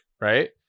Right